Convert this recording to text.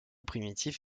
primitif